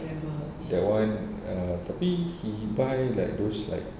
that [one] ya uh tapi he buy like those like